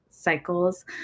cycles